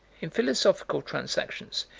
in philosophical transactions,